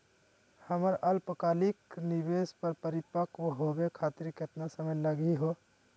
हमर अल्पकालिक निवेस क परिपक्व होवे खातिर केतना समय लगही हो?